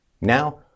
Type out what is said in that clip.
Now